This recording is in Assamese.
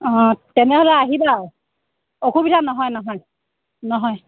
অ' তেনেহ'লে আহিবা আৰু অসুবিধা নহয় নহয় নহয়